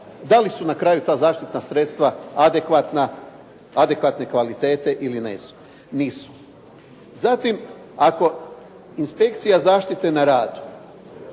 Da li su na kraju ta zaštitna sredstva adekvatna, adekvatne kvalitete ili nisu? Zatim ako inspekcija zaštite na radu